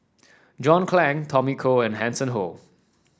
John Clang Tommy Koh and Hanson Ho